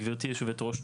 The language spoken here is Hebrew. גבירתי היושבת-ראש,